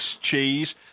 cheese